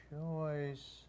choice